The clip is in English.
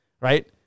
right